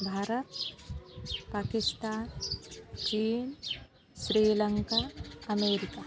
भारत पाकिस्तान चीन स्रीलंका अमेरिका